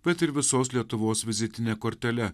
bet ir visos lietuvos vizitine kortele